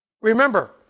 Remember